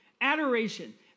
Adoration